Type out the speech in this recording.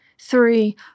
three